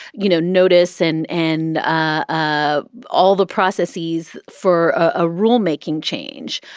you know, notice and and ah all the processes for a rulemaking change?